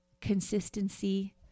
consistency